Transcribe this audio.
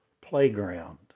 playground